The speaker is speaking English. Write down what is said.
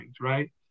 right